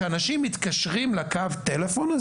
שאנשים מתקשרים לקו טלפון,